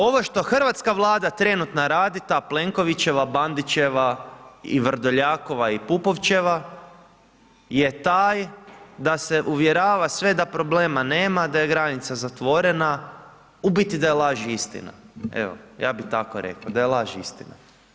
Ovo što hrvatska vlada trenutno radi, ta Plenkovićeva, Bandićeva i Vrdoljakova i Pupovćeva, je taj da se uvjerava sve da problema nema, da je granica zatvorena, u biti da je laž istina, evo ja bi tako rekao, da je laž istina.